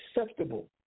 acceptable